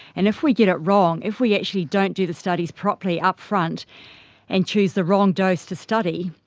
and if we get it wrong, if we actually don't do the studies properly upfront and choose the wrong dose to study,